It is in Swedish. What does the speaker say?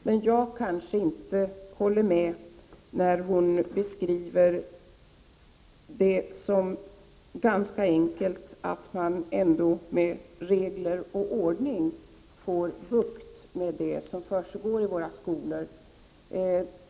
Men jag kanske inte håller med när hon beskriver det som ganska enkelt att med regler och ordning få bukt med det som försiggår i våra skolor.